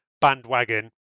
bandwagon